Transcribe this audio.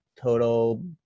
total